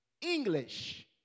English